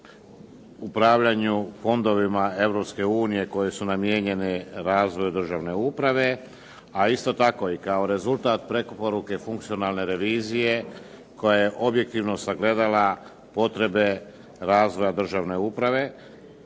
upravljanju fondovima Europske unije koji su namijenjeni razvoju državne uprave, a isto tako i kao rezultat preko poruke funkcionalne revizije koja je objektivno sagledala potrebe razvoja državne uprave